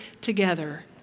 together